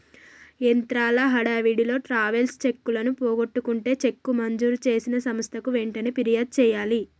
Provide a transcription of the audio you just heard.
యాత్రల హడావిడిలో ట్రావెలర్స్ చెక్కులను పోగొట్టుకుంటే చెక్కు మంజూరు చేసిన సంస్థకు వెంటనే ఫిర్యాదు చేయాలి